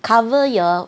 cover you